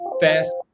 fast